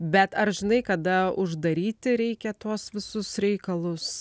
bet ar žinai kada uždaryti reikia tuos visus reikalus